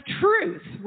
truth